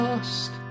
Lost